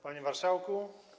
Panie Marszałku!